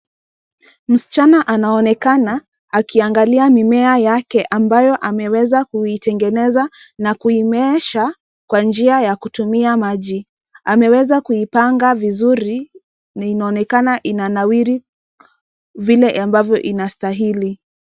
Msichana anaonekana akiangalia mimea yake ambayo ameweza kuitengeneza na kuimeesha kwa njia ya kutumia maji. Ameweza kuipanga vizuri na inaonekana inanawiri vile ambavyo inastahili.